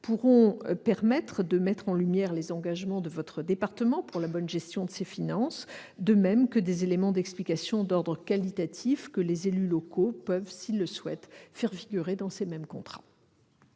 financement permettront de mettre en lumière les engagements de votre département en matière de bonne gestion de ses finances, de même que des éléments d'explication d'ordre qualitatif- les élus locaux peuvent, s'ils le souhaitent, en faire figurer dans ces mêmes contrats.